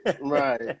Right